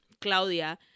claudia